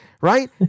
right